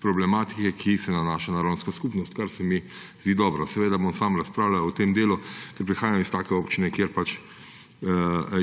problematike, ki se nanaša na romsko skupnost, kar se mi zdi dobro. Seveda bom sam razpravljal o tem delu, ker prihajam iz občine, kjer